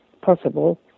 possible